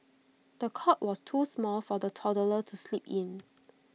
the cot was too small for the toddler to sleep in